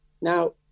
Now